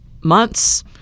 months